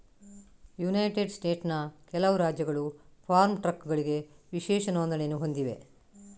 United ಸ್ಟೇಟ್ಸ್ನ ಕೆಲವು ರಾಜ್ಯಗಳು ಫಾರ್ಮ್ ಟ್ರಕ್ಗಳಿಗೆ ವಿಶೇಷ ನೋಂದಣಿಯನ್ನು ಹೊಂದಿವೆ